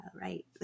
Right